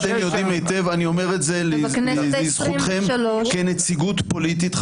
אני אומר את זה לזכותכם כנציגות פוליטית,